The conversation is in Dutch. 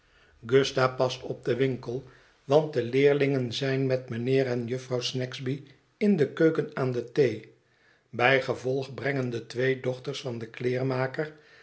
gusta past op den winkel want de leerlingen zijn met mijnheer en jufvrouw snagsby in de keuken aan de thee bij gevolg brengen de twee dochters van den kleermiker